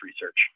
research